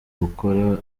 gukora